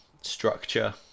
structure